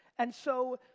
and so,